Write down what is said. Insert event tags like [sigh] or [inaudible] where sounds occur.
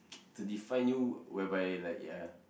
[noise] to define you whereby by like ya lah